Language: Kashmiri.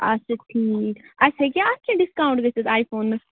اچھا ٹھیٖک اَسہِ ہیٚکیٛاہ اَتھ کینٛہہ ڈِسکاوُنٛٹ گٔژھِتھ آی فونَس